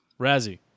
Razzie